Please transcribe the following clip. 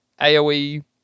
AoE